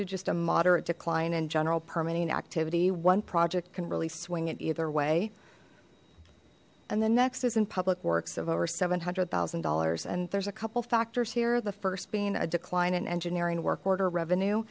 to just a moderate decline in general permitting activity one project can really swing it either way and the next is in public works of over seven hundred zero dollars and there's a couple factors here the first being a decline in engineering work order revenue